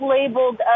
labeled